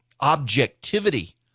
Objectivity